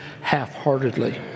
half-heartedly